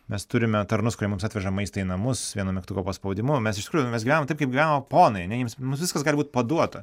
mes turime tarnus kurie mums atveža maistą į namus vieno mygtuko paspaudimu mes iš tikrųjų mes gyvenam taip kaip gyveno ponai ane jiems mums viskas gali būt paduota